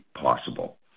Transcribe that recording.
possible